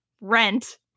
rent